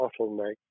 bottleneck